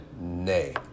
nay